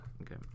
Okay